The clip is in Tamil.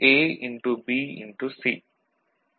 Y ABC